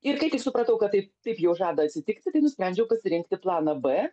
ir kai tik supratau kad tai taip jau žada atsitikti tai nusprendžiau pasirinkti planą b